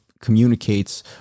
communicates